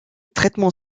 traitement